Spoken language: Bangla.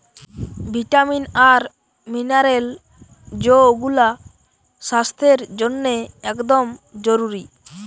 ভিটামিন আর মিনারেল যৌগুলা স্বাস্থ্যের জন্যে একদম জরুরি